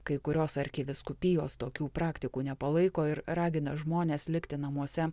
kai kurios arkivyskupijos tokių praktikų nepalaiko ir ragina žmones likti namuose